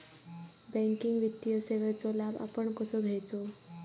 Banking वित्तीय सेवाचो लाभ आपण कसो घेयाचो?